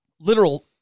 literal